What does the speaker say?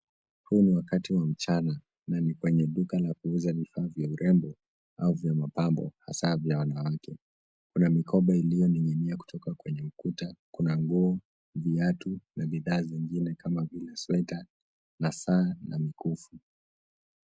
Huu ni wakati wa mchana na ni kwenye duka la kuuza bidhaa za urembo au vya mapambo hasa vya wanawake. Kuna mikoba iliyoning'inia kutoka kwenye ukuta. Kuna nguo, viatu na bidhaa zingine kama vile sweta na saa na mikufu.